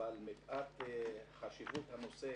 אבל מפאת חשיבות הנושא